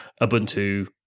ubuntu